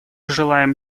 желаем